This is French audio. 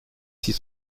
six